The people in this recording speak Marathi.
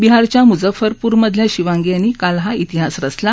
बिहारच्या मुझफ्फ्रमधल्या शिवांगी यांनी काल हा इतिहास घडवला